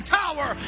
tower